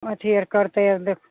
अथी अर करतै आओर देखि